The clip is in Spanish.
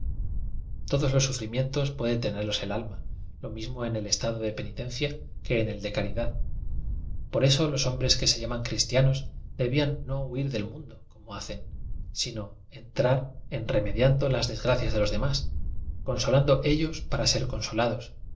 todos los sufrimientos puede tenerlos el alma lo mismo en el estado de penitencia que en el de caridad por eso estos hom bres que se llaman cristianos debían no huir del mundo como hacen sino entraren remediando las desgracias de los demás consolando ellos para ser consolados